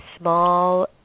small